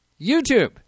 YouTube